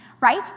right